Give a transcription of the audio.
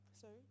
Sorry